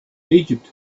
egypt